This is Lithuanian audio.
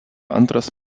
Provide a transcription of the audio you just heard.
antras